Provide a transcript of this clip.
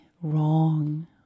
wrong